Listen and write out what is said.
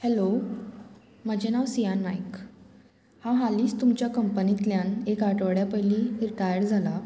hello म्हाजें नांव सियान नायक हांव हालींच तुमच्या कंपनींतल्यान एक आठवड्या पयलीं रिटायर्ड जालां